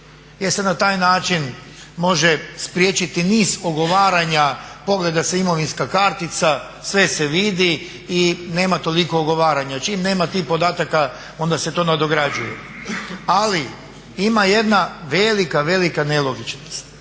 jer se na taj način može spriječiti niz ogovaranja, pogleda se imovinska kartica, sve se vidi i nema toliko ogovaranja. Čim nema tih podataka onda se to nadograđuje. Ali ima jedna velika, velika nelogičnost.